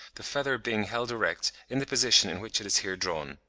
the feather being held erect, in the position in which it is here drawn.